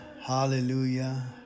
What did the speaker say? hallelujah